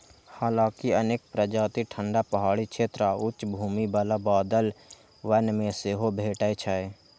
हालांकि अनेक प्रजाति ठंढा पहाड़ी क्षेत्र आ उच्च भूमि बला बादल वन मे सेहो भेटै छै